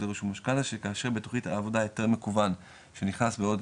רישום משכנתא שכאשר בתוכנית העבודה היתר מקוון שנכנס בעוד